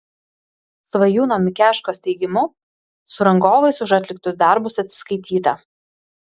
svajūno mikeškos teigimu su rangovais už atliktus darbus atsiskaityta